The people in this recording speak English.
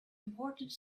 important